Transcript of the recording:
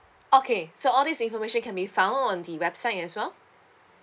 okay so all these information can be found on the website as well